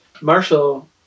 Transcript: Marshall